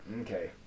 Okay